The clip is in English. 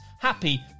Happy